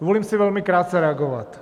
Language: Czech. Dovolím si velmi krátce reagovat.